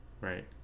Right